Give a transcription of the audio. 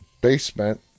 basement